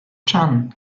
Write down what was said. chan